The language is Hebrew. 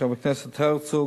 חבר הכנסת הרצוג,